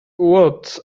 what